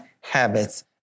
habits